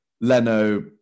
Leno